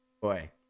boy